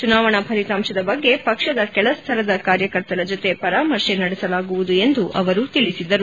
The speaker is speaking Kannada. ಚುನಾವಣಾ ಫಲಿತಾಂಶದ ಬಗ್ಗೆ ಪಕ್ಷದ ಕೆಳಸ್ವರದ ಕಾರ್ಯಕರ್ತರ ಜೊತೆ ಪರಾಮರ್ಶೆ ನಡೆಸಲಾಗುವುದು ಎಂದು ಅವರು ತಿಳಿಸಿದರು